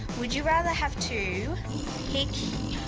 would you rather have to pick